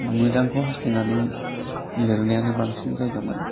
मोजांखौ हास्थायनानै लिरनायानो बांसिन जायगा मोनो